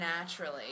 naturally